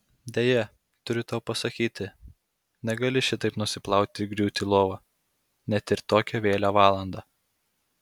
deja turiu tau pasakyti negali šitaip nusiplauti ir griūti į lovą net ir tokią vėlią valandą